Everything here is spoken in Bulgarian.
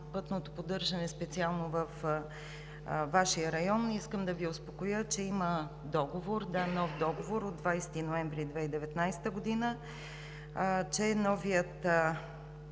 пътното поддържане, специално във Вашия район. Искам да Ви успокоя, че има договор – да, нов договор от 20 ноември 2019 г. Новият